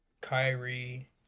Kyrie